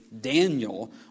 Daniel